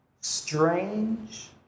strange